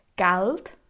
Geld